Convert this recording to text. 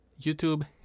YouTube